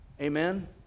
Amen